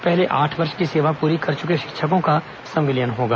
पहले आठ वर्ष की सेवा पूरी कर चुके शिक्षकों का संविलियन होगा